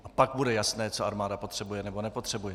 A pak bude jasné, co armáda potřebuje, nebo nepotřebuje.